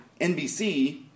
NBC